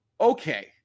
okay